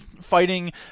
fighting